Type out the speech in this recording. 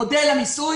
לגבי מודל המיסוי